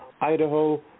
Idaho